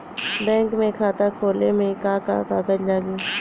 Bank में खाता खोले मे का का कागज लागी?